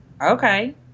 okay